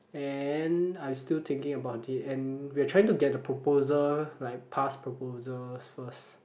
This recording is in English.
and I still thinking about it and we're trying to get the proposal like past proposals first